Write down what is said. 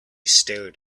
stared